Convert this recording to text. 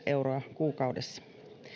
euroa kuukaudessa